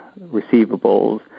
receivables